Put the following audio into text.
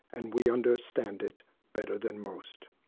and we understand it better than most.